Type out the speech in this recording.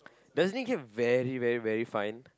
doesn't it get very very very fine